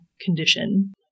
condition